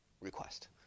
request